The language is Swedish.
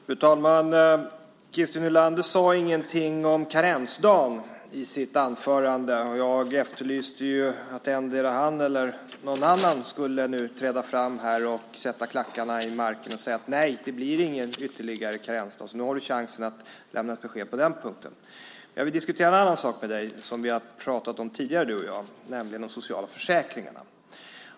Fru talman! Christer Nylander sade ingenting om karensdagen i sitt anförande. Jag efterlyste att han eller någon annan skulle träda fram och sätta klackarna i marken och säga: Nej, det blir ingen ytterligare karensdag. Nu har du chansen att lämna ett besked på den punkten. Jag vill diskutera en annan sak med dig, som du och jag har pratat om tidigare, nämligen de sociala försäkringarna.